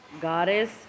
goddess